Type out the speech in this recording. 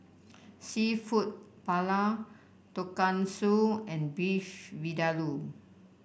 seafood Paella Tonkatsu and Beef Vindaloo